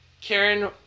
Karen